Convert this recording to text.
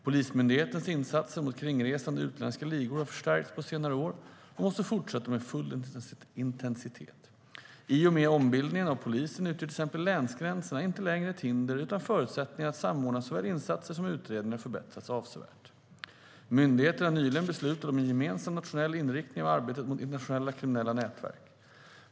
Polismyndighetens insatser mot kringresande, utländska ligor har förstärkts på senare år och måste fortsätta med full intensitet. I och med ombildningen av polisen utgör till exempel länsgränserna inte längre ett hinder, utan förutsättningarna att samordna såväl insatser som utredningar har förbättrats avsevärt. Myndigheten har nyligen beslutat om en gemensam nationell inriktning av arbetet mot internationella kriminella nätverk.